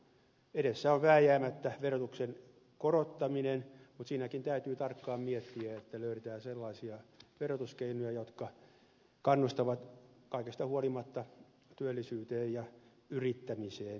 edessä on vääjäämättä verotuksen korottaminen mutta siinäkin täytyy tarkkaan miettiä että löydetään sellaisia verotuskeinoja jotka kannustavat kaikesta huolimatta työllisyyteen ja yrittämiseen